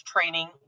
training